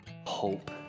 hope